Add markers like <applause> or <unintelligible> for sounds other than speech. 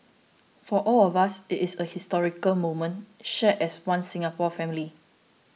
for all of us it is a historic <unintelligible> moment shared as One Singapore family